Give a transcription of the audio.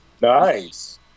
Nice